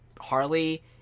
Harley